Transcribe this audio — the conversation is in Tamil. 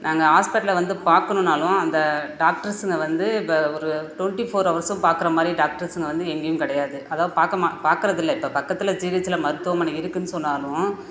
நாங்கள் ஹாஸ்பிட்டலை வந்து பார்க்கணுன்னாலும் அந்த டாக்டர்ஸுங்க வந்து வ ஒரு டொவெண்ட்டி ஃபோர் ஹவர்ஸும் பார்க்கற மாதிரி டாக்டர்ஸுங்க வந்து எங்கேயும் கிடையாது அதுதான் பார்க்கம பார்க்கறதில்ல இப்போ பக்கத்தில் ஜிஹெச்ல மருத்துவமனை இருக்குதுன்னு சொன்னாலும்